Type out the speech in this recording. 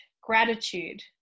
gratitude